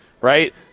right